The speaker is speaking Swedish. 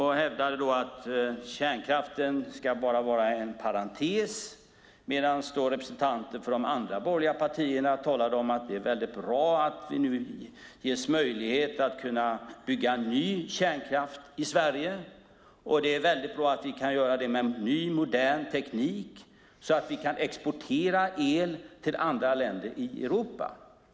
Han hävdade att kärnkraften bara ska vara en parentes, medan representanter för de andra borgerliga partierna sade att det är väldigt bra att vi nu ges möjlighet att bygga ny kärnkraft i Sverige och att vi kan göra det med ny, modern, teknik så att vi kan exportera el till andra länder i Europa.